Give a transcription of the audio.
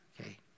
Okay